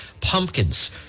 pumpkins